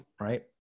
Right